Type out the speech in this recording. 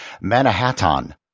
Manhattan